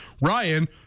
Ryan